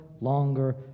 longer